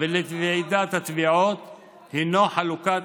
ולוועידת התביעות הוא חלוקת,